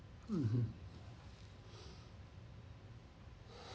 mmhmm